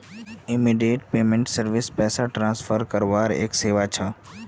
immediate payment service पैसा transfer करवार एक सेवा छ